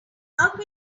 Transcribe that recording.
can